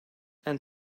and